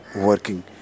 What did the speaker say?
working